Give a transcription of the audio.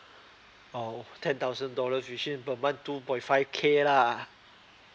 oh ten thousand dollars which is per month two point five K lah